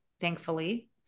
thankfully